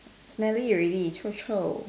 smelly already Chou Chou